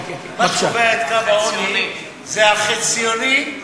מה שקובע את קו העוני זה החציוני,